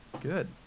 good